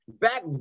back